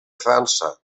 frança